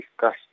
discuss